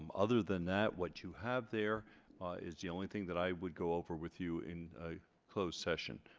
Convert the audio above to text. um other than that what you have there is the only thing that i would go over with you in a closed session